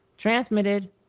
transmitted